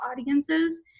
audiences